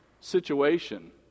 situation